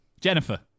Jennifer